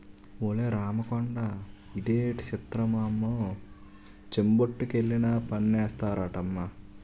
ఒలే రాముకొండా ఇదేటి సిత్రమమ్మో చెంబొట్టుకెళ్లినా పన్నేస్తారటమ్మా